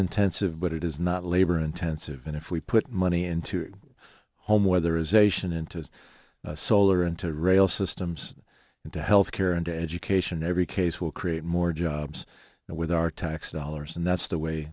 intensive but it is not labor intensive and if we put money into home whether ization into solar into rail systems into health care and education every case will create more jobs and with our tax dollars and that's the way